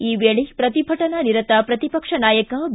ಈ ವೇಳೆ ಪ್ರತಿಭಟನಾನಿರತ ಪ್ರತಿಪಕ್ಷ ನಾಯಕ ಬಿ